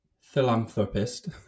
philanthropist